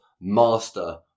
master